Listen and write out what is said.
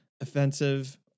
offensive